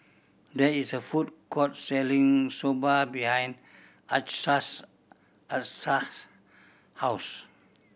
there is a food court selling Soba behind Achsah's house